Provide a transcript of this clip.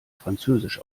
französisch